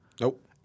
Nope